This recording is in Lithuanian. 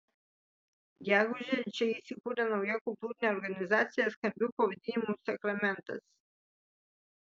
gegužę čia įsikūrė nauja kultūrinė organizacija skambiu pavadinimu sakramentas